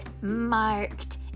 marked